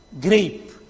grape